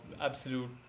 absolute